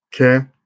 Okay